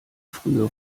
frühe